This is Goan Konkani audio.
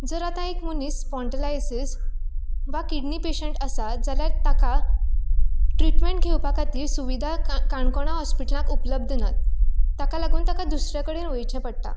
जर आतां एक मनीस स्पोंटलायसीस वा किडनी पेशन्ट आसा जाल्यार ताका ट्रिटमेंट घेवपा खातीर सुविधा काणकोणा होस्पिटलांत उपलब्द ना ताका लागून ताका दुसरे कडेन वयचें पडटा